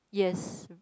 yes